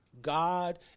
God